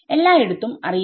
എല്ലായിടത്തും അറിയില്ല